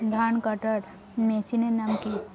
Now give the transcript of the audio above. ধান কাটার মেশিনের নাম কি?